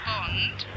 Bond